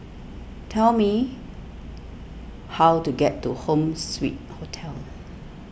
tell me how to get to Home Suite Hotel